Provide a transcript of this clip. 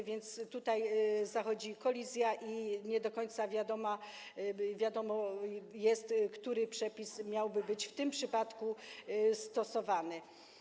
A więc tutaj zachodzi kolizja i nie do końca wiadomo, który przepis miałby być w tym przypadku stosowany.